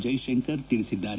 ಜೈಶಂಕರ್ ತಿಳಿಸಿದ್ದಾರೆ